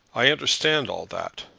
i understand all that.